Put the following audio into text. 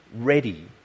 ready